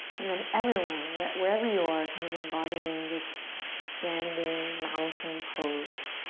and then everyone, wherever you are, kind of embodying this standing mountain pose.